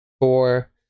four